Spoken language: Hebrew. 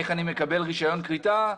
איך אני מקבל רישיון כריתה,